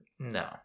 No